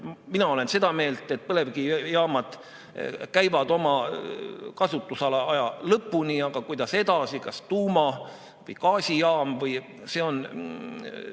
Mina olen seda meelt, et põlevkivijaamad käivad oma kasutusaja lõpuni, aga kuidas edasi, kas tuuma- või gaasijaam või muu, see on